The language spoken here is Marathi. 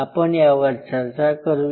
आपण यावर चर्चा करूया